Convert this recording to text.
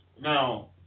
Now